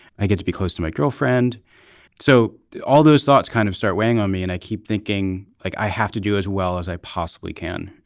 i get to be close to my girlfriend so all those thoughts kind of start weighing on me and i keep thinking like i have to do as well as i possibly can.